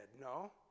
no